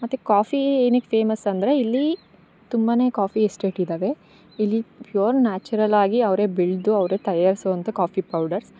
ಮತ್ತು ಕಾಫಿ ಏನಕ್ ಫೇಮಸ್ ಅಂದರೆ ಇಲ್ಲಿ ತುಂಬ ಕಾಫಿ ಎಸ್ಟೇಟ್ ಇದಾವೆ ಪ್ಯೋರ್ ನ್ಯಾಚುರಲಾಗಿ ಅವರೆ ಬೆಳೆದು ಅವರೆ ತಯಾರಿಸುವಂಥ ಕಾಫಿ ಪೌಡರ್ಸ್